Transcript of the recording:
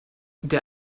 der